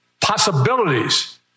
possibilities